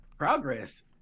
Progress